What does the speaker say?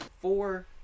four